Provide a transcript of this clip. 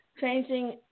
changing